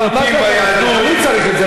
מה זה "אני לא צריך"?